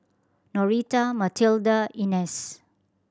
Noreta Mathilda Inez